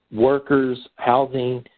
workers, housing,